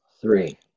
three